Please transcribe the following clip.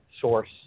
source